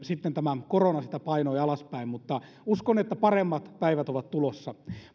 sitten tämä korona sitä painoi alaspäin mutta uskon että paremmat päivät ovat tulossa